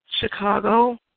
Chicago